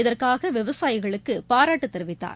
இதற்காக விவசாயிகளுக்கு பாராட்டு தெரிவித்தார்